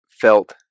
felt